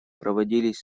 проводились